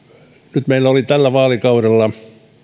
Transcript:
nyt meillä oli tällä vaalikaudella